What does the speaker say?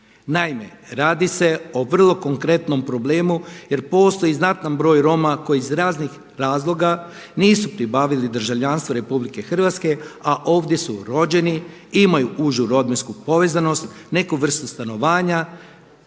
Naime, radi se o vrlo konkretnom problemu jer postoji znatan broj Roma koji iz raznih razloga nisu pribavili državljanstvo RH a ovdje su rođeni, imaju užu rodbinsku povezanost, neku vrstu stanovanja